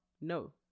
no